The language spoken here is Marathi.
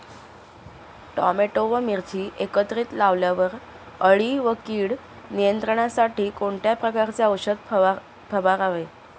टोमॅटो व मिरची एकत्रित लावल्यावर अळी व कीड नियंत्रणासाठी कोणत्या प्रकारचे औषध फवारावे?